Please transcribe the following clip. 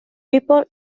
people